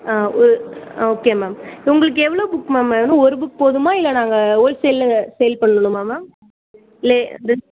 ஆ ஒ okay ma'am உங்களுக்கு எவ்வளோ புக் மேம் வேணும் ஒரு புக் போதுமா இல்லை நாங்கள் ஹோல்சேலில் சேல் பண்ணணுமா மேம் இல்லை எப்டின்னு